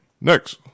Next